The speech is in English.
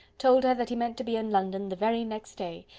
told her that he meant to be in london the very next day,